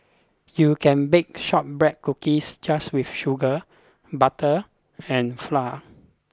you can bake shortbread cookies just with sugar butter and flour